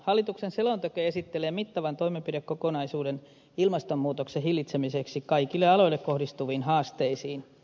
hallituksen selonteko esittelee mittavan toimenpidekokonaisuuden ilmastonmuutoksen hillitsemiseksi kaikille aloille kohdistuviin haasteisiin